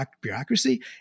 bureaucracy